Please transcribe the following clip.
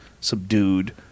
subdued